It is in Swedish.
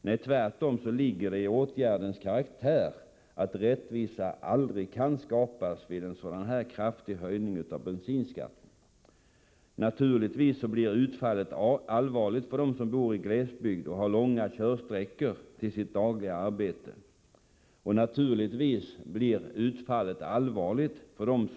Nej, tvärtom ligger det i åtgärdens karaktär att rättvisa aldrig kan skapas vid en så här kraftig höjning av bensinskatten. Naturligtvis blir utfallet allvarligt för den som bor i glesbygd, bl.a. i Norrland, och har långa körsträckor till sitt dagliga arbete.